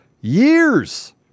years